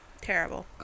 Terrible